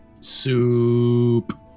Soup